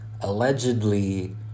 allegedly